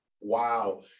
Wow